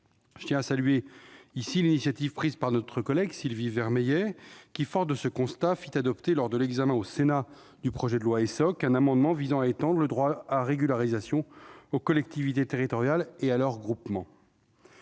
Je tiens ici à saluer l'initiative prise par notre collègue Sylvie Vermeillet, qui, forte de ce constat, fit adopter lors de l'examen au Sénat du projet de loi Essoc un amendement visant à étendre le droit à régularisation aux collectivités territoriales et à leurs groupements.